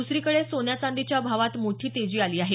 दसरीकडे सोन्या चांदीच्या भावात मोठी तेजी आली आहे